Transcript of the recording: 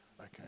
Okay